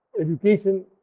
education